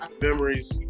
memories